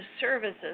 services